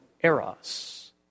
Eros